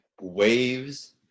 Waves –